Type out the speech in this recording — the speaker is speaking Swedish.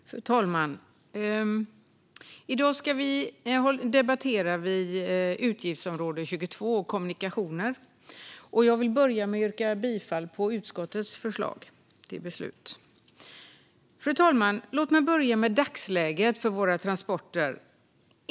Fru talman! I dag debatterar vi utgiftsområde 22 Kommunikationer. Jag vill yrka bifall till utskottets förslag till beslut. Fru talman! Låt mig börja med dagsläget för våra transporter.